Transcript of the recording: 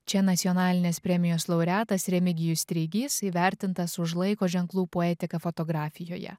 čia nacionalinės premijos laureatas remigijus treigys įvertintas už laiko ženklų poetiką fotografijoje